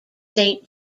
saint